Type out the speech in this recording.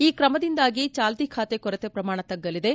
ಈ ಕ್ರಮದಿಂದಾಗಿ ಚಾಲ್ತಿ ಖಾತೆ ಕೊರತೆ ಪ್ರಮಾಣ ತಗ್ಗಲಿದೆ